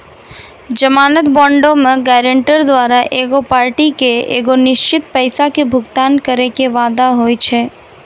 जमानत बांडो मे गायरंटर द्वारा एगो पार्टी के एगो निश्चित पैसा के भुगतान करै के वादा होय छै